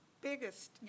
biggest